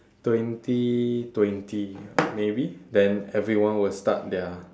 twenty twenty maybe then everyone will start their